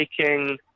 taking